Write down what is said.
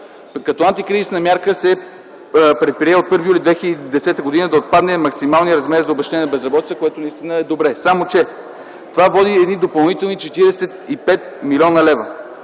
Като антикризисна мярка се предприе от 1 юли 2010 г. да отпадне максималният размер за обезщетение и безработица, което наистина е добре. Само че това води едни допълнителни 45 млн. лв.